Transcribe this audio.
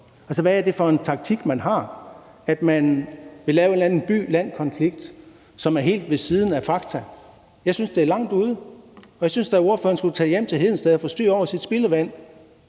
Hvad er det for en taktik, man har? Vil man lave en eller anden by-land-konflikt, som er helt ved siden af fakta? Jeg synes, det er langt ude, og jeg synes da, at ordføreren skulle tage hjem til Hedensted og få styr på sit spildevand.